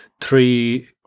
three